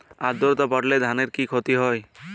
আদ্রর্তা বাড়লে ধানের কি ক্ষতি হয়?